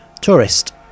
Tourist